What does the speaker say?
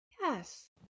Yes